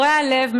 קורע לב.